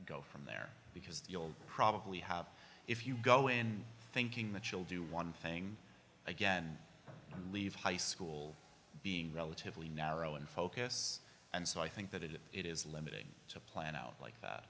go from there because the you'll probably have if you go in thinking the chill do one thing again and leave high school being relatively narrow in focus and so i think that it is it is limiting to plan out like that